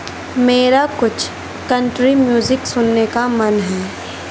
میرا کچھ country music سننے کا من ہے